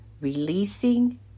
releasing